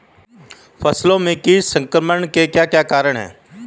फसलों में कीट संक्रमण के क्या क्या कारण है?